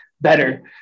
better